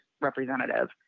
representative